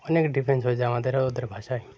অনেক ডিফারেন্স হয়ে যায় আমাদের ওদের ভাষায়